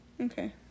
Okay